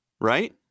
Right